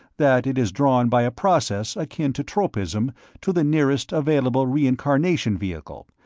that it is drawn by a process akin to tropism to the nearest available reincarnation vehicle,